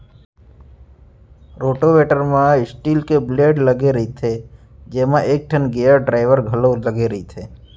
rotavator म steel के blade लगे रइथे जेमा एकठन गेयर ड्राइव घलौ लगे रथे